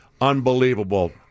Unbelievable